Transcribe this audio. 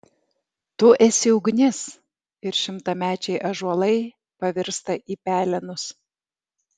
tu esi ugnis ir šimtamečiai ąžuolai pavirsta į pelenus